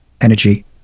energy